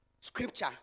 scripture